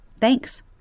Thanks